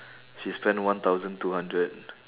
she spend one thousand two hundred